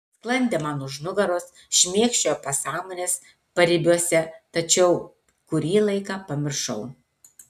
sklandė man už nugaros šmėkščiojo pasąmonės paribiuose tačiau kurį laiką pamiršau